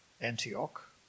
Antioch